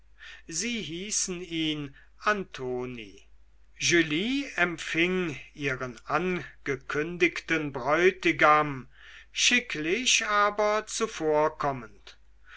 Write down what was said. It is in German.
sie hießen ihn antoni julie empfing ihren angekündigten bräutigam schicklich aber zuvorkommend